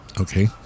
Okay